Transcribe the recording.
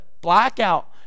blackout